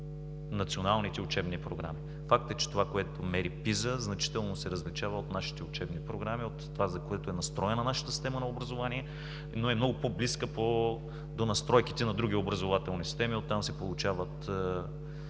националните учебни програми. Факт е, че това, което мери PISA, значително се различава от нашите учебни програми от това, за което е настроена нашата система на образование, но е много по-близка до настройките на други образователни системи и оттам се получават